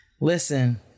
Listen